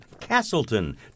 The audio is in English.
Castleton